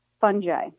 fungi